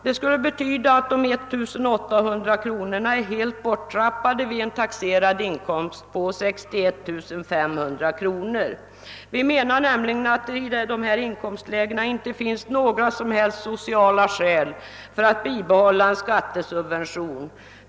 Det skulle betyda att de 1 800 kronorna är helt borttrappade vid en taxerad inkomst på 61 500 kronor. Vi menar nämligen att det i de här inkomstlägena inte finns några som helst sociala skäl för att bibehålla en skattesubvention.